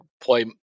play